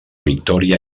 victòria